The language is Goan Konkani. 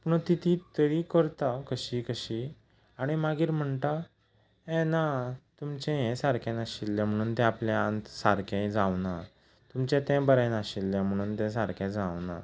पूण ती तरी करता कशी कशी आनी मागीर म्हणटा हें ना तुमचें हें सारकें नाशिल्लें म्हणून ते आपल्यान सारकें जावना तुमचें तें बरें नाशिल्लें म्हणून तें सारकें जावं ना